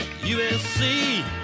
USC